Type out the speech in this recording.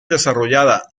desarrollada